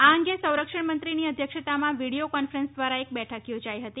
આ અંગે સંરક્ષણ મંત્રીની અધ્યક્ષતા માં વીડિયો કોન્ફરન્સ દ્વારા એક બેઠક યોજાઈ હતી